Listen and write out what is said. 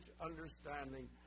understanding